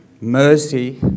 mercy